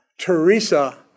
Teresa